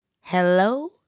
Hello